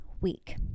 week